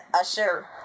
usher